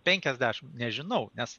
penkiasdešim nežinau nes